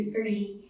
early